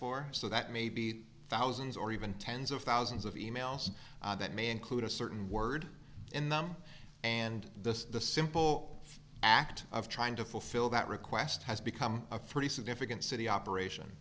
for so that maybe thousands or even tens of thousands of e mails that may include a certain word in them and the simple act of trying to fulfill that request has become a pretty significant city